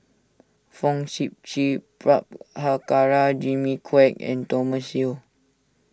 Fong Sip Chee Prabhakara Jimmy Quek and Thomas Yeo